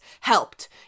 helped